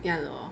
ya lor